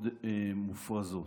מאוד מופרזות.